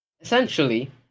essentially